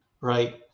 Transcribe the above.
Right